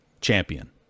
champion